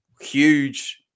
huge